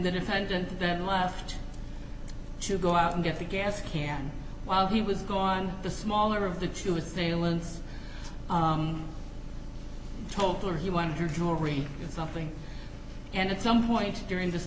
the defendant then left to go out and get the gas can while he was gone the smaller of the two assailants told her he wanted her jewelry or something and at some point during this